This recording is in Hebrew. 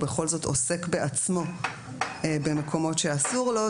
הוא בכל זאת עוסק בעצמו במקומות שאסור לו,